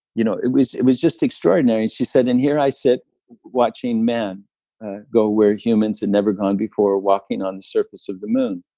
you know it was it was just extraordinary. and she said, and here i sit watching man go where humans had never gone before, walking on the surface of the moon.